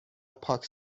پاک